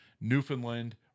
Newfoundland